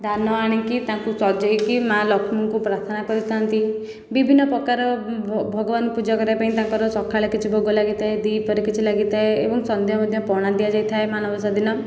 ଧାନ ଆଣିକି ତାଙ୍କୁ ସଜେଇକି ମା' ଲକ୍ଷ୍ମୀଙ୍କୁ ପ୍ରାର୍ଥନା କରିଥାନ୍ତି ବିଭିନ୍ନ ପ୍ରକାର ଭଗବାନ ପୂଜା କରିବା ପାଇଁ ତାଙ୍କର ସକାଳେ କିଛି ଭୋଗ ଲାଗିଥାଏ ଦୁଇ ପହରେ କିଛି ଲାଗିଥାଏ ଏବଂ ସନ୍ଧ୍ୟା ମଧ୍ୟ ପଣା ଦିଆ ଯାଇଥାଏ ମାଣବସା ଦିନ